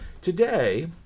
Today